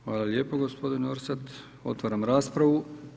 Hvala lijepo gospodine Orsat, otvaram raspravu.